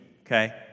Okay